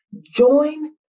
join